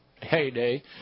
heyday